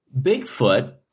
Bigfoot